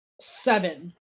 seven